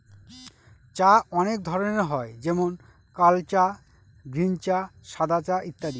চা অনেক ধরনের হয় যেমন কাল চা, গ্রীন চা, সাদা চা ইত্যাদি